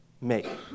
make